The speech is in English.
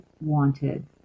wanted